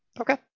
Okay